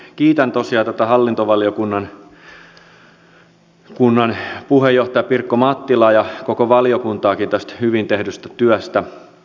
kiitän tosiaan hallintovaliokunnan puheenjohtajaa pirkko mattilaa ja koko valiokuntaakin tästä hyvin tehdystä työstä